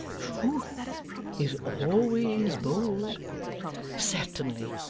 truth is always bold certainly.